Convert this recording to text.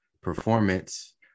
Performance